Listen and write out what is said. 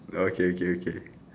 okay okay okay